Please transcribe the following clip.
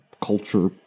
culture